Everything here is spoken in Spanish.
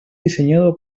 diseñado